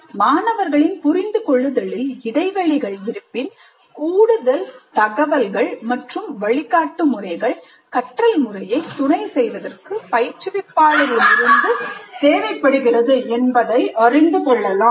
மாணவர்களின் புரிந்து கொள்ளுதலில் இடைவெளிகள் இருப்பின் கூடுதல் தகவல்கள் மற்றும் வழிகாட்டு முறைகள் கற்றல் முறையை துணை செய்வதற்கு பயிற்றுவிப்பாளர் இடமிருந்து தேவைப்படுகிறது என்பதை அறிந்து கொள்ளலாம்